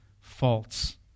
false